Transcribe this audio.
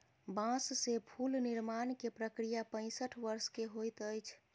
बांस से फूल निर्माण के प्रक्रिया पैसठ वर्ष के होइत अछि